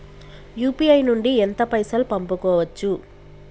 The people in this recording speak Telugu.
యూ.పీ.ఐ నుండి ఎంత పైసల్ పంపుకోవచ్చు?